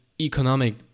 economic